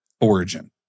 origin